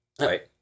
Right